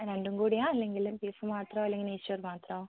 രണ്ടും കൂടിയാണോ അല്ലെങ്കിൽ ബീഫ് മാത്രമാണോ അല്ലെങ്കിൽ നെയ്ച്ചോർ മാത്രമാണോ